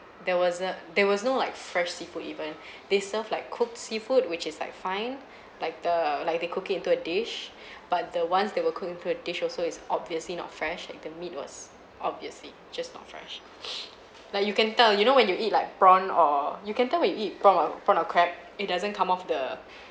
there was a there was no like fresh seafood even they serve like cooked seafood which is like fine like the like the cookie into a dish but the ones they were cooking food dish also is obviously not fresh and the meat was obviously just not fresh like you can tell you know when you eat like prawn or you can tell when you eat prawn prawn oh crab it doesn't come off the